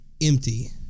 empty